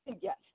Yes